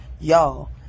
Y'all